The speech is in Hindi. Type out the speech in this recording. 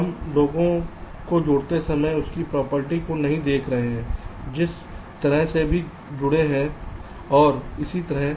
हम लोगों को जोड़ते समय उनकी प्रॉपर्टी को नहीं देख रहे हैंजिस तरह से भी जुड़े हैं हैं और इसी तरह